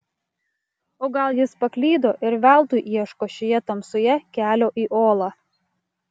o gal jis paklydo ir veltui ieško šioje tamsoje kelio į olą